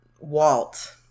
Walt